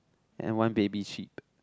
and one baby sheep